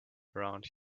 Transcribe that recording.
around